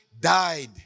died